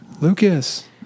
lucas